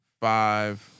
five